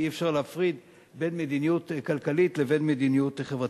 כי אי-אפשר להפריד בין מדיניות כלכלית לבין מדיניות חברתית.